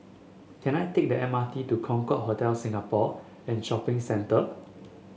can I take the M R T to Concorde Hotel Singapore and Shopping Centre